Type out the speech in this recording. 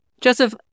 Joseph